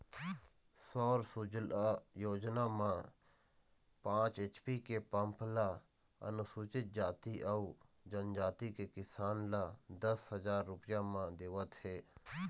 सौर सूजला योजना म पाँच एच.पी के पंप ल अनुसूचित जाति अउ जनजाति के किसान ल दस हजार रूपिया म देवत हे